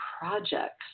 projects